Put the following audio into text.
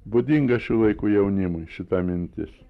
būdinga šių laikų jaunimui šita mintis